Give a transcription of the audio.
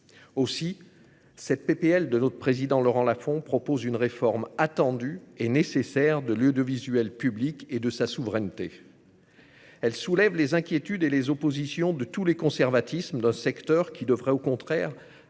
Aussi cette proposition de loi de Laurent Lafon propose-t-elle une réforme attendue et nécessaire de l'audiovisuel public et de sa souveraineté. Elle soulève les inquiétudes et les oppositions de tous les conservatismes du secteur, qui devrait, au contraire,